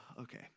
okay